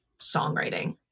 songwriting